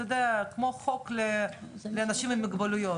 כמו החוק לאנשים עם מוגבלויות,